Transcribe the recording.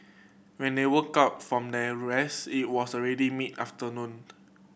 when they woke up from their rest it was already mid afternoon